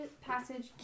passage